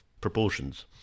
proportions